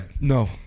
No